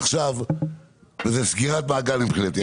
עכשיו, זה סגירת מעגל מבחינתי.